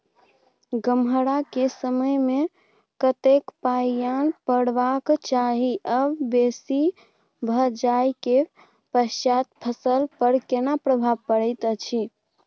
गम्हरा के समय मे कतेक पायन परबाक चाही आ बेसी भ जाय के पश्चात फसल पर केना प्रभाव परैत अछि?